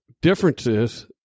differences